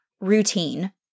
routine